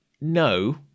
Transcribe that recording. no